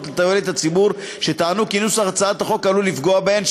לתועלת הציבור שטענו כי נוסח הצעת החוק עלול לפגוע בהן,